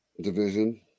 Division